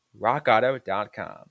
RockAuto.com